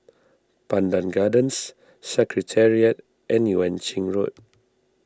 Pandan Gardens Secretariat and Yuan Ching Road